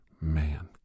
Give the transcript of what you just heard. man